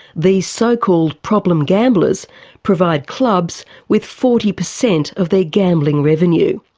these so-called problem gamblers provide clubs with forty per cent of their gambling revenue.